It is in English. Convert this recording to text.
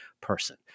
person